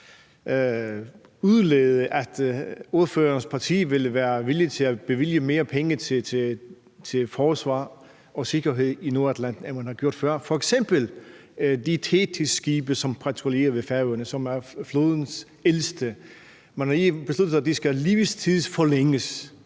udlede, at ordførerens parti vil være villig til at bevilge flere penge til forsvar og sikkerhed i Nordatlanten, end man har gjort før? Det gælder f.eks. de til Thetisskibe, som patruljerer ved Færøerne, og som er flådens ældste. Man har lige besluttet, at de skal livstidsforlænges.